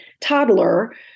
toddler